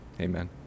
amen